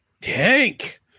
Tank